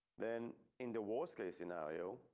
then in the worse case scenario.